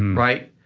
right?